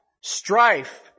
strife